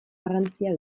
garrantzia